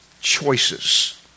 choices